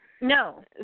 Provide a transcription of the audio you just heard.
No